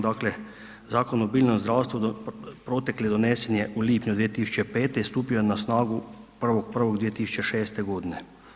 Dakle Zakon o biljnom zdravstvu protekli donesen je u lipnju 2005. i stupio je na snagu 1.1.2006. godine.